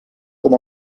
com